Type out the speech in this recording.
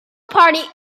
party